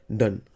done